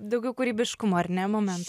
daugiau kūrybiškumo ar ne momento